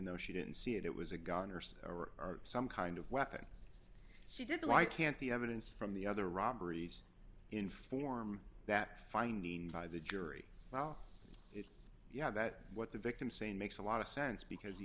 though she didn't see it it was a goner so or some kind of weapon she didn't i can't the evidence from the other robberies inform that finding by the jury well you know that what the victim say makes a lot of sense because he